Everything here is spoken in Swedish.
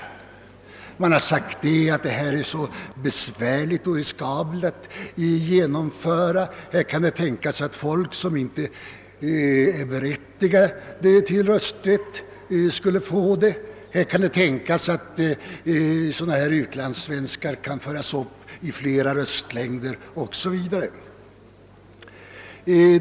Det har It.ex. sagts att denna reform skulle vara riskabel att genomföra, att det kunde tänkas att folk som inte vore berättigade att utöva rösträtt skulle göra det ändå, att det kunde tänkas att utlandssvenskar skulle kunna uppföras i flera röstlängder samtidigt o. s. v.